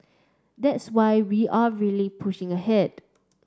that's why we are really pushing ahead